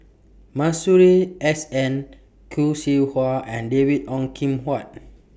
Masuri S N Khoo Seow Hwa and David Ong Kim Huat